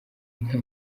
inka